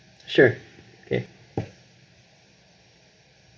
sure okay